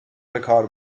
بهکار